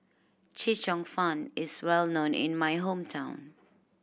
Chee Cheong Fun is well known in my hometown